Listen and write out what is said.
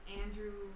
andrew